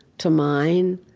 to mine?